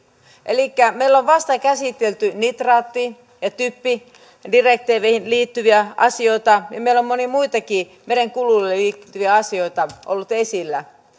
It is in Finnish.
elikkä meillä on vasta käsitelty nitraatti ja typpidirektiiveihin liittyviä asioita ja meillä on monia muitakin merenkulkuun liittyviä asioita ollut esillä